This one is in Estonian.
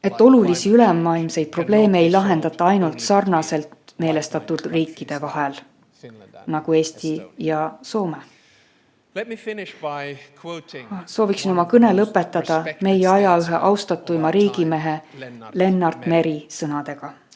kliimamuutused – ei lahendata ainult sarnaselt meelestatud riikide vahel nagu Eesti ja Soome. Soovin oma kõne lõpetada meie aja ühe austatuima riigimehe Lennart Meri sõnadega.